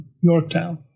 Yorktown